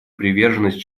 приверженность